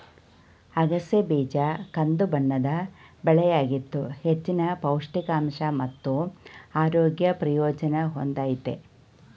ಅಗಸೆ ಬೀಜ ಕಂದುಬಣ್ಣದ ಬೆಳೆಯಾಗಿದ್ದು ಹೆಚ್ಚಿನ ಪೌಷ್ಟಿಕಾಂಶ ಮತ್ತು ಆರೋಗ್ಯ ಪ್ರಯೋಜನ ಹೊಂದಯ್ತೆ